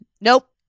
Nope